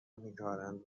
میکارند